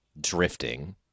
drifting